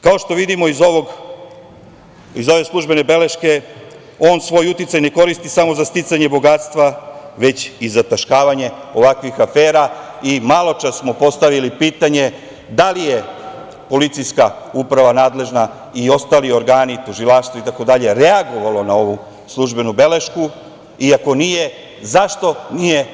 Kao što vidimo iz ove službene beleške, on svoj uticaj ne koristi samo za sticanje bogatstva, već i zataškavanje ovakvih afera, i maločas smo postavili pitanje, da li je policijska uprava nadležna i ostali organi, tužilaštvo itd. reagovali na ovu službenu belešku i ako nije, zašto nije